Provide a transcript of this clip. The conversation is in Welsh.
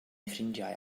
ffrindiau